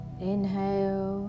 Inhale